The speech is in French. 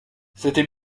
c’était